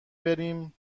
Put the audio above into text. بریم